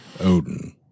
Odin